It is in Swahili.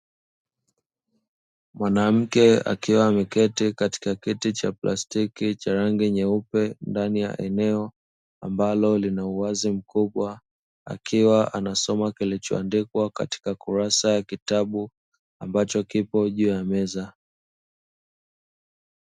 Mwanamke akiwa ameketi katika kiti cha plastiki cha rangi nyeupe ndani ya eneo ambalo lina uwazi mkubwa, akiwa anasoma kilicho andikwa katika kurasa ya kitabu ambacho kipo juu ya meza